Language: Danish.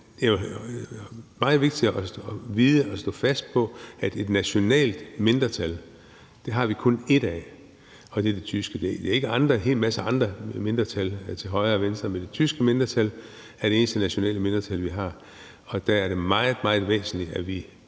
det er meget vigtigt at vide og stå fast på, at et nationalt mindretal har vi kun ét af, og det er det tyske. Det er ikke en hel masse andre mindretal til højre og venstre. Det tyske mindretal er det eneste nationale mindretal, vi har, og der er det meget, meget væsentligt, at vi